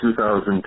2002